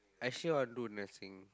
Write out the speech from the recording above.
actually I want to do nursing